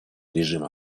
режима